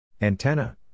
Antenna